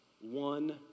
one